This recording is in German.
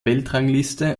weltrangliste